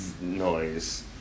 noise